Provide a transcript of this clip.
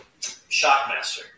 Shockmaster